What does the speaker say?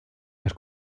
las